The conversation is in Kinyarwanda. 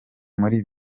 muri